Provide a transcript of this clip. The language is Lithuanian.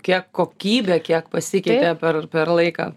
kiek kokybė kiek pasikeitė per per laiką